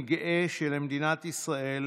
אני גאה שלמדינת ישראל